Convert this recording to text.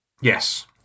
Yes